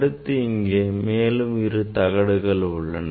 அடுத்து இங்கே மேலும் இரு தகடுகள் உள்ளன